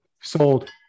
sold